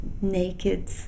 naked